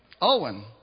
Owen